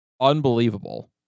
unbelievable